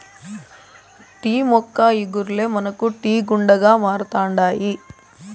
tea మొక్క ఇగుర్లే మనకు టీ గుండగా మారుతండాయి